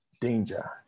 danger